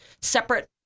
separate